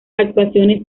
actuaciones